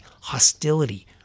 hostility